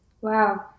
Wow